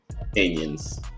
opinions